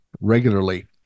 regularly